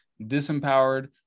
disempowered